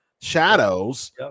shadows